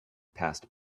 past